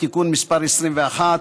ותיכנס לספר החוקים של מדינת ישראל,